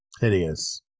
Hideous